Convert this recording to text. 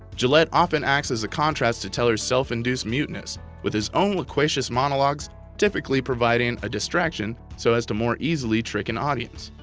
jillette often acts as the contrast to teller's self-induced muteness with his own loquacious monologues, typically providing a distraction so as to more easily trick an audience.